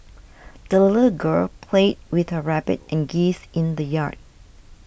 the little girl played with her rabbit and geese in the yard